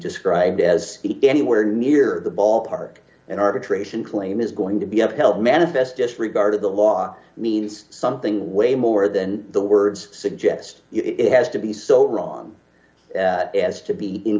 described as anywhere near the ballpark an arbitration claim is going to be upheld manifest disregard of the law needs something way more than the words d suggest it has to be so wrong as to be in